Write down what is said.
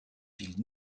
ville